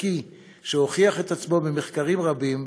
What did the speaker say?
וערכי שהוכיח את עצמו במחקרים רבים,